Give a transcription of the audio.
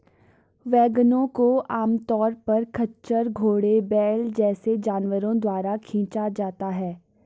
वैगनों को आमतौर पर खच्चर, घोड़े, बैल जैसे जानवरों द्वारा खींचा जाता है